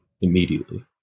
immediately